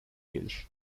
gelir